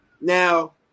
now